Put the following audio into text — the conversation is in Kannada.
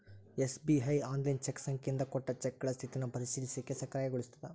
ಎಸ್.ಬಿ.ಐ ಆನ್ಲೈನ್ ಚೆಕ್ ಸಂಖ್ಯೆಯಿಂದ ಕೊಟ್ಟ ಚೆಕ್ಗಳ ಸ್ಥಿತಿನ ಪರಿಶೇಲಿಸಲಿಕ್ಕೆ ಸಕ್ರಿಯಗೊಳಿಸ್ತದ